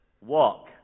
walk